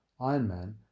Ironman